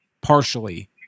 partially